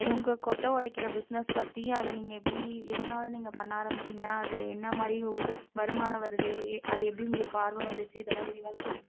உங்கள் கொட்டை உடைக்கிற பிஸ்னெஸ் பற்றி அதை நீங்கள் எப்படி எதனால் நீங்கள் பண்ண ஆரம்பிச்சீங்க அதில் என்னமாதிரி உ வருமானம் வருது எ அது எப்படி உங்களுக்கு ஆர்வம் வந்துச்சு இதெல்லாம் விரிவாக சொல்லுங்கள்